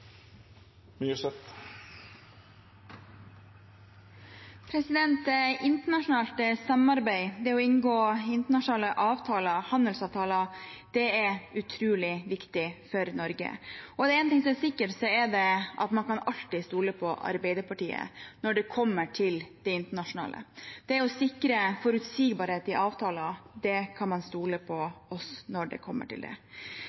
EØS-avtalen. Internasjonalt samarbeid, det å inngå internasjonale avtaler, handelsavtaler, er utrolig viktig for Norge. Er det én ting som er sikkert, er det at man alltid kan stole på Arbeiderpartiet når det gjelder det internasjonale. Når det gjelder å sikre forutsigbarhet i avtaler, kan man stole på oss. Det handler om alt fra kvoter, fiskeriavtaler og bærekraft til tilgang. Det